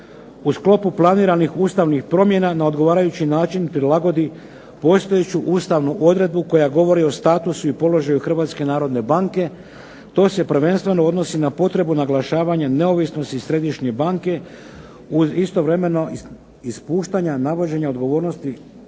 u sklopu planiranih ustavnih promjena na odgovarajući način prilagodi postojeću ustavnu odredbu koja govori o statusu i položaju Hrvatske narodne banke. To se prvenstveno odnosi na potrebu naglašavanja neovisnosti Središnje banke uz istovremena ispuštanja, navođenje odgovornosti